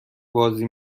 بازی